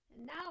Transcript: now